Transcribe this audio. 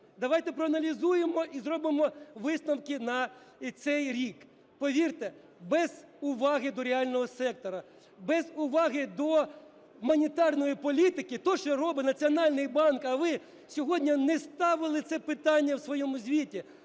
Давайте проаналізуємо і зробимо висновки на цей рік. Повірте, без уваги до реального сектору, без уваги до монетарної політики, те, що робить Національний банк, а ви сьогодні не ставили це питання в своєму звіті,